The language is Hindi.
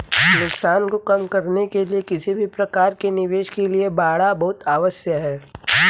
नुकसान को कम करने के लिए किसी भी प्रकार के निवेश के लिए बाड़ा बहुत आवश्यक हैं